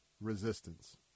resistance